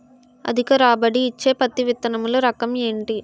అధిక రాబడి ఇచ్చే పత్తి విత్తనములు రకం ఏంటి?